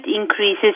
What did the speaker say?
increases